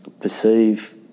perceive